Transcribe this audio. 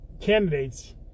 candidates